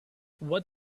what